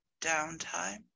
downtime